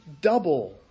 double